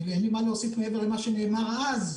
אין לי מה להוסיף מעבר למה שנאמר אז,